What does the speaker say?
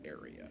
area